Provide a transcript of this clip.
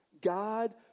God